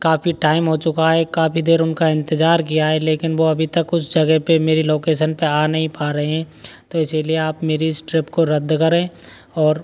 काफ़ी टाइम हो चुका है काफ़ी देर उनका इंतजार किया है लेकिन वो अभी तक उस जगह पे मेरी लोकेसन पे आ नहीं पा रहे हैं तो इसीलिए आप मेरी इस ट्रिप को रद्द करें और